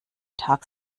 tag